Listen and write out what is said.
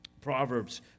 Proverbs